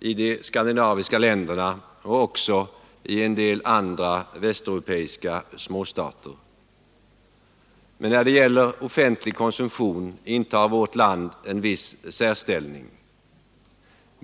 i de skandinaviska länderna och även i en del andra västeuropeiska småstater. Men när det gäller offentlig konsumtion intar vårt land en viss särställning.